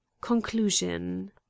conclusion